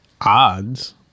odds